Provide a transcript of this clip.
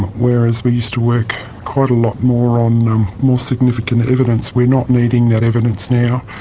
whereas we used to work quite a lot more on um more significant evidence, we're not needing that evidence now,